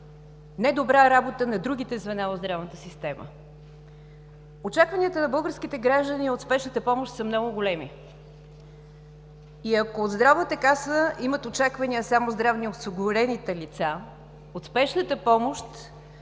недобра работа на другите звена в здравната система. Очакванията на българските граждани от спешната помощ са много големи и ако от Здравната каса имат очаквания само здравноосигурените лица, от Спешната помощ